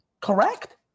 Correct